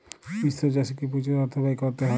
মিশ্র চাষে কি প্রচুর অর্থ ব্যয় করতে হয়?